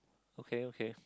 okay okay